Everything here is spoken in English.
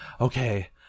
okay